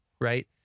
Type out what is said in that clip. right